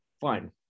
fine